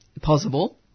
possible